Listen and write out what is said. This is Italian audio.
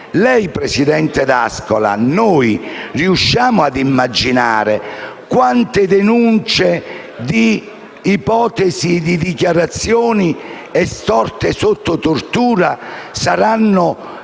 Lei, presidente D'Ascola, e noi riusciamo ad immaginare quante denunce di ipotesi di dichiarazioni estorte sotto tortura saranno fatte